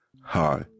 Hi